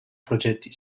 progetti